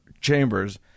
chambers